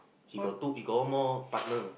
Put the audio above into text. he got two he got one more partner